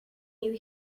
you